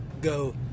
go